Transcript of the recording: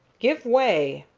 give way!